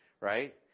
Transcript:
right